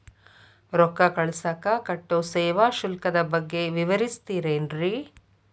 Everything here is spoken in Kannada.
ರೊಕ್ಕ ಕಳಸಾಕ್ ಕಟ್ಟೋ ಸೇವಾ ಶುಲ್ಕದ ಬಗ್ಗೆ ವಿವರಿಸ್ತಿರೇನ್ರಿ?